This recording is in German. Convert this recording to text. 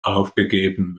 aufgegeben